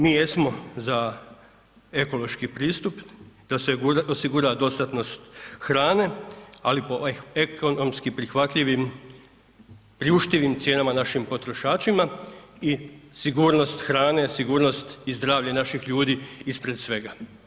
Mi jesmo za ekološki pristup da se osigura dostatnost hrane, ali po ekonomski prihvatljivim, priuštivim cijenama našim potrošačima i sigurnost hrane, sigurnost i zdravlje naših ljudi ispred svega.